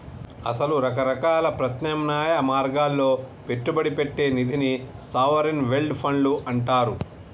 అసలు రకరకాల ప్రత్యామ్నాయ మార్గాల్లో పెట్టుబడి పెట్టే నిధిని సావరిన్ వెల్డ్ ఫండ్లు అంటారు